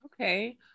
Okay